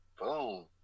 boom